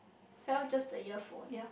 sell just the earphone